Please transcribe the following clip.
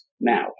now